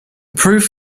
proof